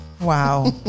Wow